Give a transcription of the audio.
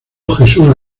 jesús